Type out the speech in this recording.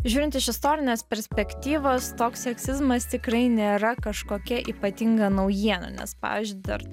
žiūrint iš istorinės perspektyvos toks seksizmas tikrai nėra kažkokia ypatinga naujiena nes pavyzdžiui dar